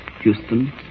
Houston